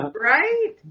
Right